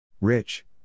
Rich